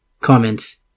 Comments